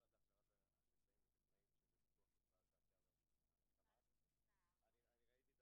היה פה ויכוח מדיניות סוער קודם מתי צריך לתת את